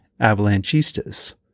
avalanchistas